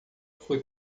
foi